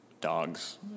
dogs